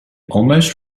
almost